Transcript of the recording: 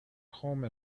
home